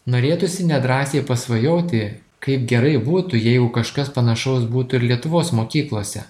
norėtųsi nedrąsiai pasvajoti kaip gerai būtų jeigu kažkas panašaus būtų ir lietuvos mokyklose